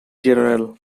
general